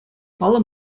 паллӑ